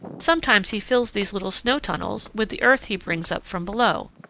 sometimes he fills these little snow tunnels with the earth he brings up from below,